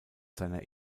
seiner